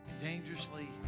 dangerously